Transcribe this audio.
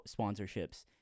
sponsorships